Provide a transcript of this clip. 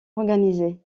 organisées